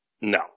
No